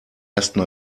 ersten